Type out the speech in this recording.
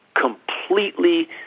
completely